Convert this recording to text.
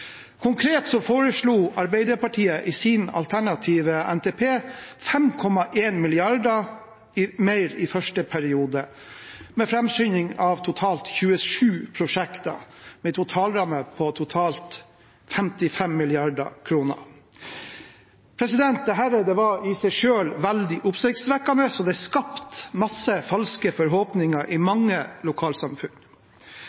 Konkret foreslo Arbeiderpartiet i sin alternative NTP 5,1 mrd. kr mer i første periode til framskynding av totalt 27 prosjekter, med en totalramme på 55 mrd. kr. Dette var i seg selv veldig oppsiktsvekkende, og det er skapt mange falske forhåpninger i